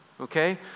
okay